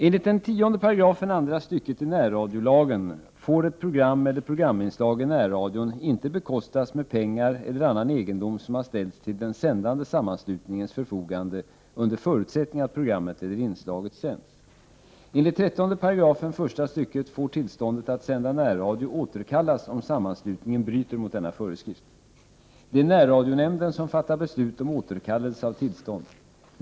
Enligt 10 § andra stycket närradiolagen får ett program eller 91 programinslag i närradion inte bekostas med pengar eller annan egendom som har ställts till den sändande sammanslutningens förfogande under förutsättning att programmet eller inslaget sänds. Enligt 13 § första stycket får tillståndet att sända närradio återkallas om sammanslutningen bryter mot denna föreskrift. Det är närradionämnden som fattar beslut om återkallelse av tillstånd.